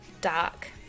dark